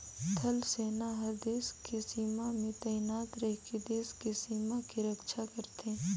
थल सेना हर देस के सीमा में तइनात रहिके देस के सीमा के रक्छा करथे